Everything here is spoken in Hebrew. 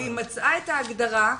והיא מצאה את ההגדרה,